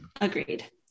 Agreed